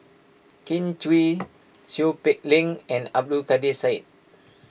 Kin Chui Seow Peck Leng and Abdul Kadir Syed